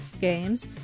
games